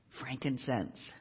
frankincense